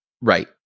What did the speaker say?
Right